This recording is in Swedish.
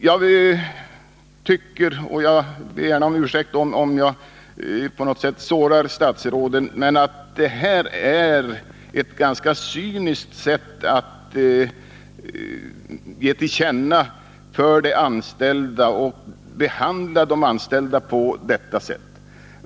Jag tycker — men jag ber om ursäkt, om jag på något sätt sårar statsrådet — att det här är ett ganska cyniskt sätt att ge sitt beslut till känna och att behandla de anställda.